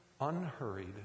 unhurried